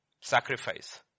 Sacrifice